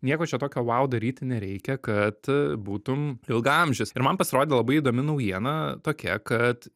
nieko čia tokio vau daryti nereikia kad būtum ilgaamžis ir man pasirodė labai įdomi naujiena tokia kad